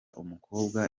umukobwa